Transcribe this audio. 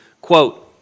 quote